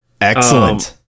Excellent